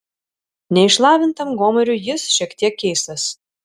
neišlavintam gomuriui jis šiek tiek keistas